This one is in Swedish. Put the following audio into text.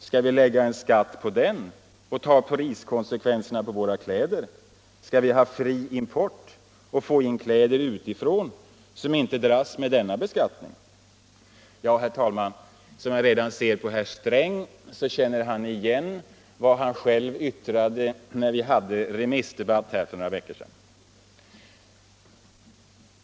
Skall vi lägga en skatt på den och ta priskonsekvenserna på våra kläder? Skall vi ha fri import och få in kläder utifrån som inte dras med denna beskattning?” Herr talman! Som jag ser på herr Sträng känner han igen vad han själv yttrade i remissdebatten för några veckor sedan.